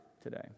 today